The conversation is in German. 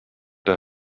der